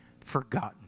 forgotten